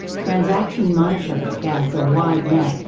transaction monitoring casts a wide net,